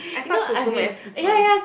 I talk to too many people